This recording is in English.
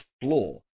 floor